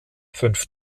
fünf